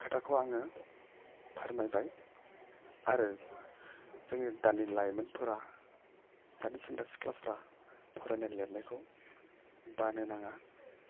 खोथाखौ आङो फोरमायबाय आरो जोंनि दानि लाइमोनफोरा दानि सेंग्रा सिख्लाफोरा फरायनाय लिरनायखौ बानो नाङा